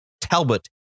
Talbot